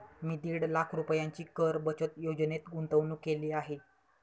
मी दीड लाख रुपयांची कर बचत योजनेत गुंतवणूक केली आहे